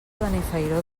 benifairó